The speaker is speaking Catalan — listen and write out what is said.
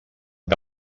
que